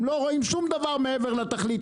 הם לא רואים שום דבר מעבר לתכלית,